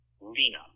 Lena